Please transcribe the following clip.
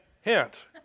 hint